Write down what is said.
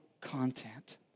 content